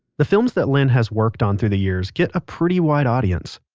the films that lynn has worked on through the years get a pretty wide audience.